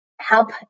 help